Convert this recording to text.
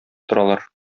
торалар